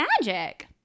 magic